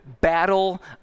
battle